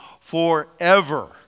forever